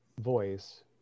voice